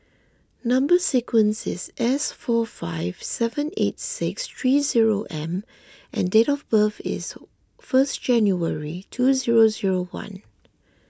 Number Sequence is S four five seven eight six three zero M and date of birth is first January two zero zero one